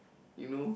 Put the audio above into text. you know